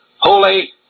holy